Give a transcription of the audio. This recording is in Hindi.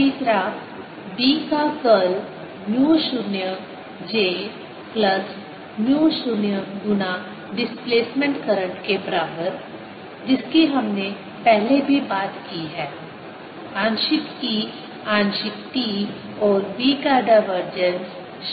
तीसरा B का curl mu 0 j plus mu 0 गुना डिस्प्लेसमेंट करंट के बराबर जिसकी हमने पहले भी बात की है आंशिक E आंशिक t और B का डाइवर्जेंस 0 है